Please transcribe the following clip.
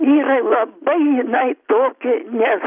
ji yra labai jinai tokia nes